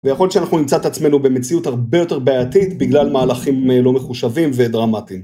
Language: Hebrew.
ויכול להיות שאנחנו נמצא את עצמנו במציאות הרבה יותר בעייתית בגלל מהלכים לא מחושבים ודרמטיים.